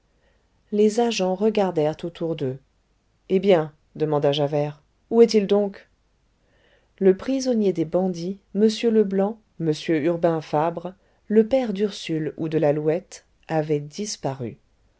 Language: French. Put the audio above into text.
les agents regardèrent autour d'eux eh bien demanda javert où est-il donc le prisonnier des bandits m leblanc m urbain fabre le père d'ursule ou de l'alouette avait disparu